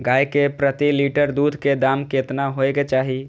गाय के प्रति लीटर दूध के दाम केतना होय के चाही?